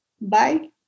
bye